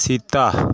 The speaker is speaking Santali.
ᱥᱮᱛᱟ